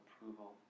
approval